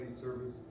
service